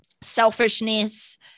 selfishness